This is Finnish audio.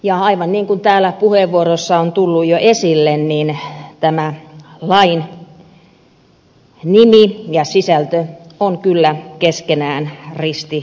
ja aivan niin kuin täällä puheenvuoroissa on jo tullut esille tämä lain nimi ja sen sisältö ovat kyllä keskenään ristiriidassa